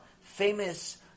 famous